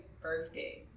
birthday